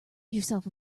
yourself